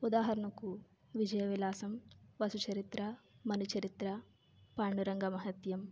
ఉదాహరణకు విజయ విలాసం వసుచరిత్రము మను చరిత్ర పాండురంగ మహత్యం